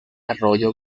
arroyo